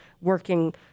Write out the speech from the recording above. working